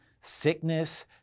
sickness